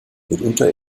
mitunter